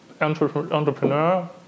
entrepreneur